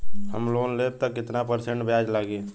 हम लोन लेब त कितना परसेंट ब्याज लागी?